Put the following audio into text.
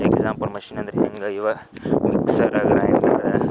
example machine ಅಂದರೆ ಹೆಂಗೈವ ಮಿಕ್ಸರ ಗ್ರೈಂಡರ